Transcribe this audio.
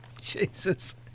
Jesus